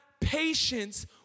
patience